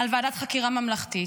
על ועדת חקירה ממלכתית.